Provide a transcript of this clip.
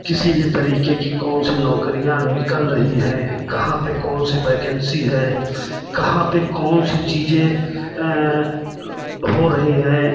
किसी भी तरीके की कौन सी नौकरियाँ निकल रही हैं कहाँ पर कौन सी वैकेन्सी है कहाँ पर कौन सी चीज़ें हो रही हैं